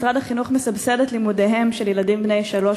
משרד החינוך מסבסד את לימודיהם של ילדים בני שלוש